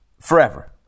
forever